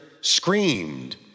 screamed